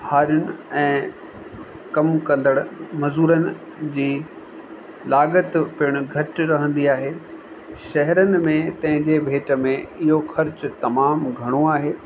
हारियुनि ऐं कम कंदड़ु मज़दूरन जी लागत पिण घटि रहंदी आहे शहरनि में तंहिं जे भेंट में इहो ख़र्च तमामु घणो आहे